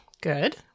Good